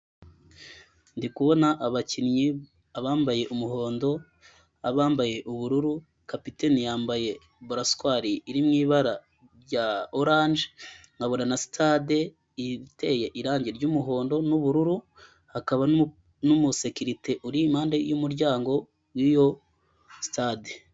Ndi kubona abakinnyi abambaye umuhondo, abambaye ubururu, kapiteni yambaye boratswawairi iri mu ibara rya orange nkabona na sitade iteye irangi ry'umuhondo n'ubururu n'umusekiririte uri impande yumuryango wiyo sitade.